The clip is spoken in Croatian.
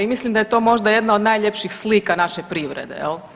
I mislim da je to možda jedna od najljepših slika naše privrede.